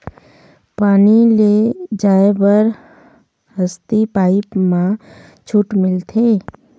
पानी ले जाय बर हसती पाइप मा छूट मिलथे?